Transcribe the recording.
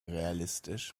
realistisch